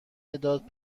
مداد